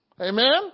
Amen